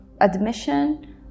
admission